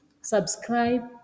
subscribe